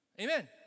Amen